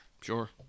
Sure